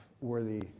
worthy